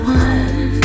one